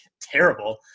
terrible